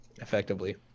effectively